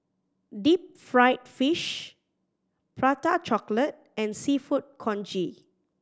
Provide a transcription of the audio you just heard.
deep fried fish Prata Chocolate and Seafood Congee